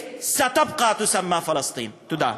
ואוסיף: ותמשיך להיקרא פלסטין.) תודה.